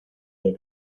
del